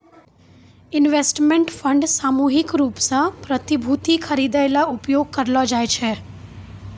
investment fund सामूहिक रूप सें प्रतिभूति खरिदै ल उपयोग करलो जाय छै